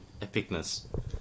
epicness